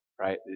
right